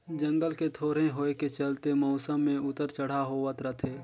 जंगल के थोरहें होए के चलते मउसम मे उतर चढ़ाव होवत रथे